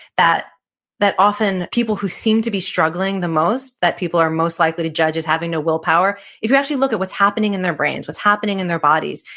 that that often people who seem to be struggling the most, that people are most likely to judge as having no willpower, if you actually look at what's happening in their brains, what's happening in their bodies,